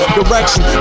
direction